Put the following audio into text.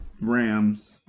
Rams